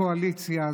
הקואליציה,